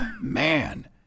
Man